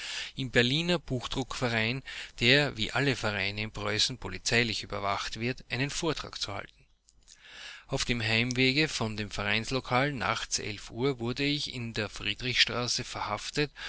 im berliner buchdruckerverein der wie alle vereine in preußen polizeilich überwacht wird einen vortrag zu halten auf dem heimwege von dem verein karl nach uhr wurde ich in der friedrichstraße verhaftet